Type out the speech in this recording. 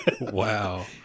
Wow